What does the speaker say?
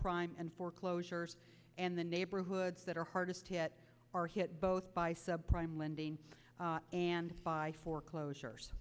prime and foreclosures and the neighborhoods that are hardest hit are hit both by subprime lending and by foreclosures